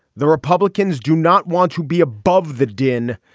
the republicans do not want to be above the din.